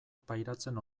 pairatzen